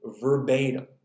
verbatim